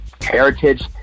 Heritage